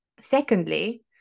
Secondly